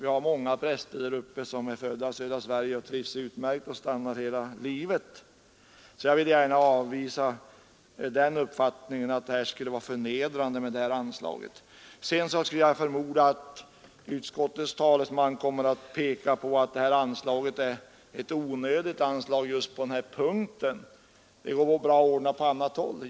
Vi har många präster där uppe som är födda i södra Sverige och som trivs utmärkt och stannar hela livet. Jag vill alltså gärna avvisa den uppfattningen att det skulle vara förnedrande med detta anslag. Sedan skulle jag förmoda att utskottets talesman kommer att peka på att det här anslaget är onödigt just på den här punkten — det går väl bra att ordna saken på annat håll.